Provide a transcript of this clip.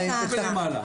רק למעלה.